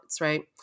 right